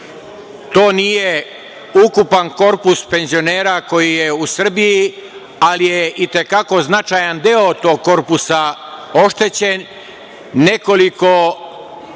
To nije ukupan korpus penzionera koji je u Srbiji, ali je i te kako značaj deo tog korpusa oštećen.